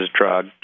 drug